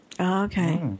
okay